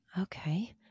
Okay